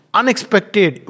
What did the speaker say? unexpected